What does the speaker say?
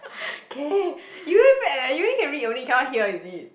okay you very bad leh you only can read only cannot hear is it